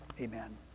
amen